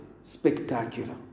spectacular